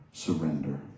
Surrender